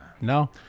No